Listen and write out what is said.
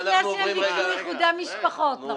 וזה עוד לפני שהם ביקשו איחודי משפחות, נכון?